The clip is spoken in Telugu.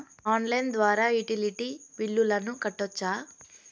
ఆన్లైన్ ద్వారా యుటిలిటీ బిల్లులను కట్టొచ్చా?